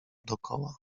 dokoła